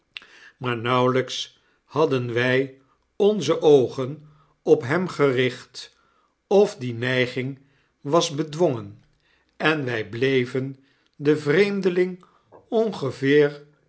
maar nauwelijks hadden wij onze oogen op hem gericht of die neiging was bedwongen en wij bleven den vreemdeling ongeveer